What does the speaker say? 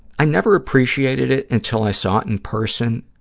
i never appreciated it until i saw it in person,